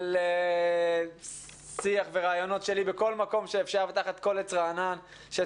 של שיח ורעיונות שלי תחת כל עץ רענן ובכל מקום